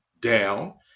down